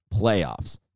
Playoffs